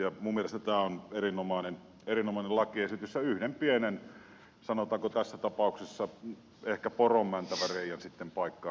minun mielestäni tämä on erinomainen lakiesitys ja yhden pienen sanotaanko tässä tapauksessa ehkä poron mentävän reiän se sitten myöskin paikkaa siitä laista